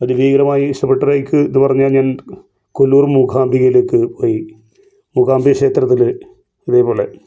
ഒരു ഭീകരമായ ഇഷ്ടപ്പെട്ട ഒരു ഹൈക്ക് എന്ന് പറഞ്ഞു കഴിഞ്ഞാൽ കൊല്ലൂർ മൂകാംബികയിലേക്ക് പോയി മൂകാംബിക ക്ഷേത്രത്തില് ഇതേപോലെ